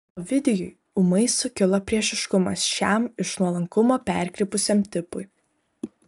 ovidijui ūmai sukilo priešiškumas šiam iš nuolankumo perkrypusiam tipui